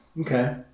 okay